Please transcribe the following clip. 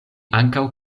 ankaŭ